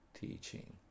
teaching